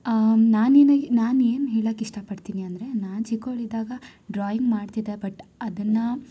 ನಾನು ಏನು ನಾನು ಏನು ಹೇಳಕ್ಕೆ ಇಷ್ಟಪಡ್ತೀನಿ ಅಂದರೆ ನಾನು ಚಿಕ್ಕವಳಿದ್ದಾಗ ಡ್ರಾಯಿಂಗ್ ಮಾಡ್ತಿದ್ದೆ ಬಟ್ ಅದನ್ನು